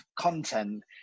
content